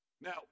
Now